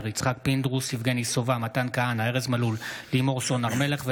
מימון שכר לימוד מלא ללוחמים),